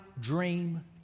dream